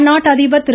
அந்நாட்டு அதிபர் திரு